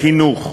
לחינוך,